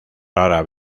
rara